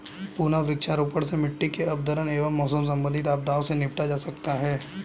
पुनः वृक्षारोपण से मिट्टी के अपरदन एवं मौसम संबंधित आपदाओं से निपटा जा सकता है